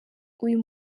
uyu